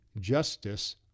justice